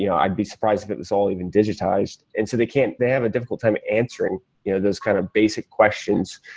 yeah i'd be surprised if it was all even digitized. and so they can't they have a difficult time at answering you know those kind of basic questions.